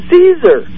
Caesar